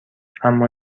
اما